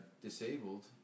disabled